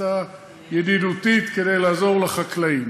עצה ידידותית כדי לעזור לחקלאים: